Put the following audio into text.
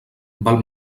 val